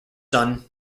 son